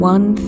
One